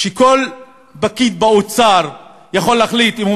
שכל פקיד באוצר יכול להחליט אם הוא